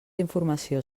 informació